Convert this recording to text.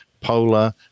polar